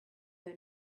her